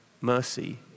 mercy